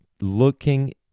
Looking